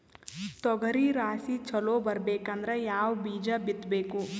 ತೊಗರಿ ರಾಶಿ ಚಲೋ ಬರಬೇಕಂದ್ರ ಯಾವ ಬೀಜ ಬಿತ್ತಬೇಕು?